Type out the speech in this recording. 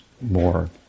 more